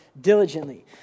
diligently